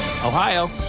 Ohio